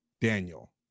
Daniel